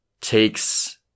takes